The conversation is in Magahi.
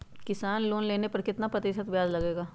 किसान लोन लेने पर कितना प्रतिशत ब्याज लगेगा?